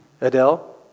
Adele